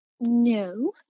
No